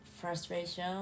frustration